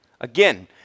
again